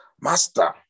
Master